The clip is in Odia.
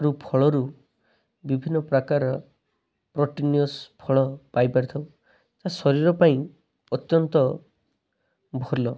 ରୁ ଫଳରୁ ବିଭିନ୍ନ ପ୍ରାକାର ପ୍ରୋଟିନିଅସ ଫଳ ପାଇ ପାରିଥାଉ ତା ଶରୀର ପାଇଁ ଅତ୍ୟନ୍ତ ଭଲ